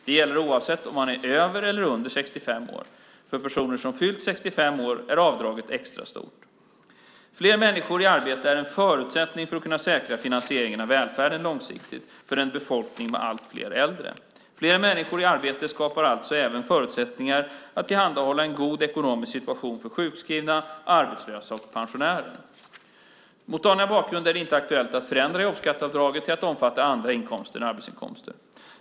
Detta gäller oavsett om man är över eller under 65 år. För personer som har fyllt 65 år är avdraget extra stort. Fler människor i arbete är en förutsättning för att kunna säkra finansieringen av välfärden långsiktigt för en befolkning med allt fler äldre. Fler människor i arbete skapar alltså även förutsättningar att tillhandahålla en god ekonomisk situation för sjukskrivna, arbetslösa och pensionärer. Mot denna bakgrund är det inte aktuellt att förändra jobbskatteavdraget till att omfatta andra inkomster än arbetsinkomster.